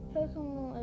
Pokemon